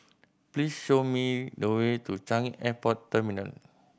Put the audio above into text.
please show me the way to Changi Airport Terminal